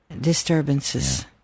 Disturbances